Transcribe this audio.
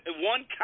One